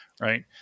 right